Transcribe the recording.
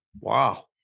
Wow